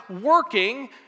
working